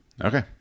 Okay